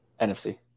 NFC